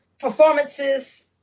performances